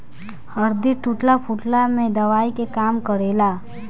हरदी टूटला फुटला में दवाई के काम करेला